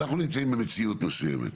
אנחנו נמצאים במציאות מסוימת,